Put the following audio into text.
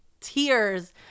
tears